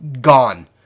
gone